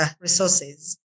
resources